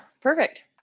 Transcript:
Perfect